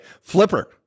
Flipper